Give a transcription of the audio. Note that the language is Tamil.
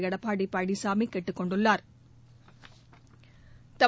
எடப்பாடி பழனிசாமி கேட்டுக் கொண்டுள்ளாா்